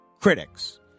critics